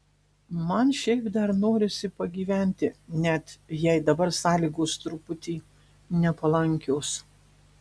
man šiaip dar norisi pagyventi net jei dabar sąlygos truputį nepalankios